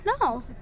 No